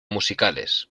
musicales